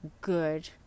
good